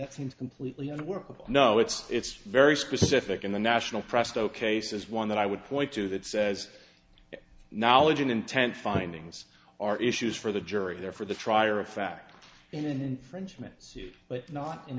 ct seems completely unworkable no it's it's very specific in the national press the case is one that i would point to that says knowledge and intent findings are issues for the jury there for the trier of fact in an infringement suit but not in